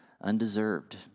Undeserved